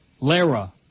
Lara